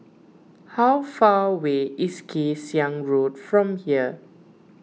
how far away is Kay Siang Road from here